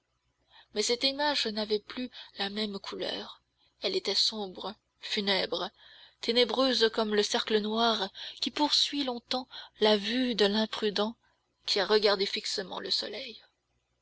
mais cette image n'avait plus la même couleur elle était sombre funèbre ténébreuse comme le cercle noir qui poursuit longtemps la vue de l'imprudent qui a regardé fixement le soleil